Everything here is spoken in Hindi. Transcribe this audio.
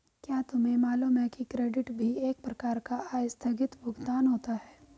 क्या तुम्हें मालूम है कि क्रेडिट भी एक प्रकार का आस्थगित भुगतान होता है?